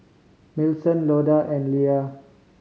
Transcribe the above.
Millicent Loda and Leia